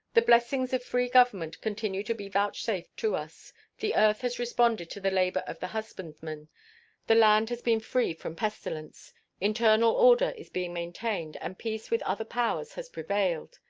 the blessings of free government continue to be vouchsafed to us the earth has responded to the labor of the husbandman the land has been free from pestilence internal order is being maintained, and peace with other powers has prevailed.